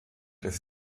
des